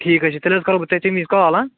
ٹھیٖک حظ چھُ تیٚلہِ حظ کرو بہٕ تمہ وز تۄہہِ کال ہہَ